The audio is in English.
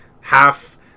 half